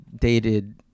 dated